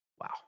wow